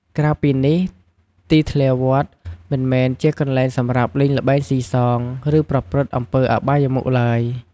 ក្រៅពីនេះទីធ្លាវត្តមិនមែនជាកន្លែងសម្រាប់លេងល្បែងស៊ីសង ឬប្រព្រឹត្តអំពើអបាយមុខឡើយ។